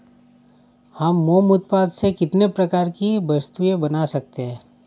हम मोम उत्पाद से कितने प्रकार की वस्तुएं बना सकते हैं?